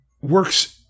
works